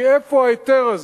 מאיפה ההיתר הזה?